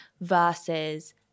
versus